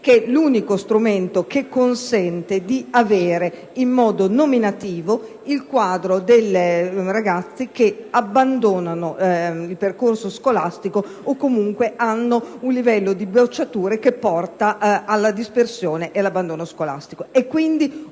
che è l'unico strumento che consente di avere, in modo nominativo, il quadro dei ragazzi che abbandonano il percorso scolastico o che hanno comunque un numero di bocciature tale da portare alla dispersione e all'abbandono della